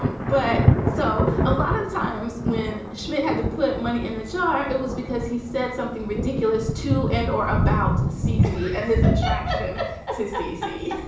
um but so a lot of times when schmidt had to put money in the jar, it was because he said something ridiculous to and or about ceecee and his attraction as his ceecee